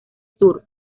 sur